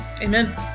Amen